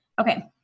Okay